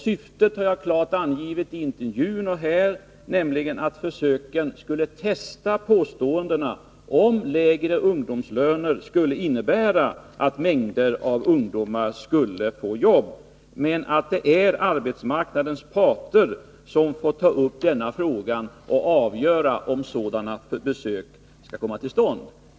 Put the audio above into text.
Syftet har jag klart angivit i intervjun och här, nämligen att försöken skulle testa påståendena att lägre ungdomslöner innebär att mängder av ungdomar skulle få jobb. Men det är arbetsmarknadens parter som får ta upp denna fråga och avgöra om sådana försök skall komma till stånd.